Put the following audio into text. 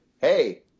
hey